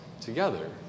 together